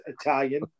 Italian